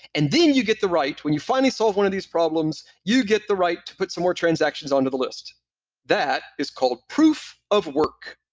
and then you get the right, when you finally solve one of these problems, you get the right to put some more transactions onto the list that is called proof of work.